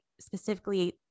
specifically